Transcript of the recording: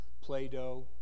Play-Doh